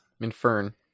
Infern